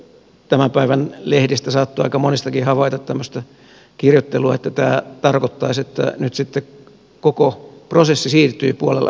nyt tämän päivän lehdistä saattoi aika monistakin havaita tämmöistä kirjoittelua että tämä tarkoittaisi että nyt sitten koko prosessi siirtyy puolella vuodella